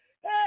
Hey